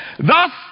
Thus